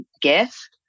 gift